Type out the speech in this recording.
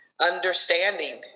Understanding